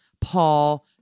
Paul